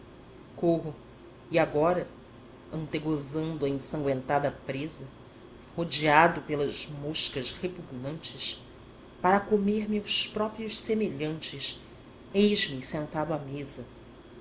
e agora antegozando a ensangüentada presa rodeado pelas moscas repugnantes eis-me sentado à mesa